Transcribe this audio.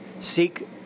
Seek